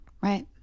Right